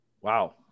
Wow